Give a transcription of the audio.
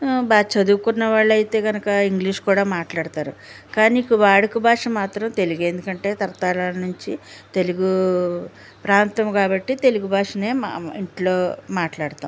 బాగా చదువుకున్న వాళ్ళు అయితే కనుక ఇంగ్లీష్ కూడా మాట్లాడతారు కానీ ఇక్కడ వాడుక భాష మాత్రం తెలుగు ఎందుకంటే తరతరాల నుంచి తెలుగు ప్రాంతం కాబట్టి తెలుగు భాషను మా ఇంట్లో మాట్లాడుతాం